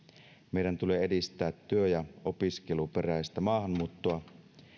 meidän tulee edistää työ ja opiskeluperäistä maahanmuuttoa